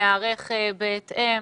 להיערך בהתאם.